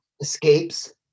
escapes